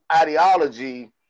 ideology